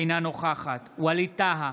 אינה נוכחת ווליד טאהא,